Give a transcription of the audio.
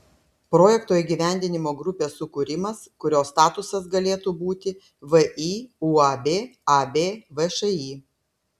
projekto įgyvendinimo grupės sukūrimas kurio statusas galėtų būti vį uab ab všį